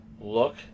look